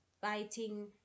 fighting